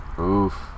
Oof